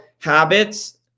habits